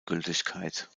gültigkeit